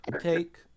Take